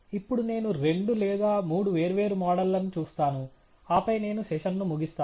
ఇప్పుడు నేను రెండు లేదా మూడు వేర్వేరు మోడళ్ల ను చూస్తాను ఆపై నేను సెషన్ను ముగిస్తాను